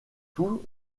tout